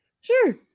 sure